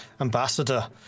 ambassador